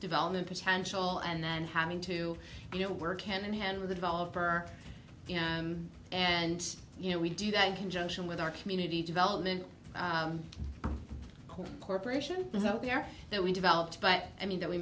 development potential and then having to you know work can in hand with a developer and you know we do that in conjunction with our community development corporation out there that we developed but i mean that we